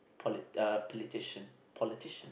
poli~ err politician politician